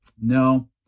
No